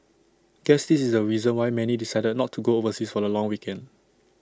guess is the reason why many decided not to go overseas for the long weekend